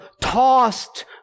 tossed